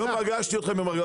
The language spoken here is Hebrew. אני לא פגשתי אתכם במרגליות,